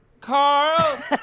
carl